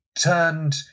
turned